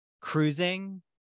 cruising